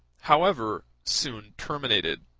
however, soon terminated